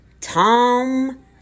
tom